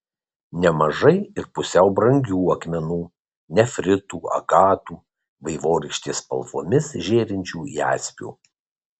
nemažai ir pusiau brangių akmenų nefritų agatų vaivorykštės spalvomis žėrinčių jaspių